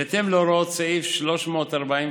בהתאם להוראות סעיף 348(ד),